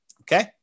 Okay